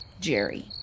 Jerry